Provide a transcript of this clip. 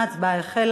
לוועדת הכספים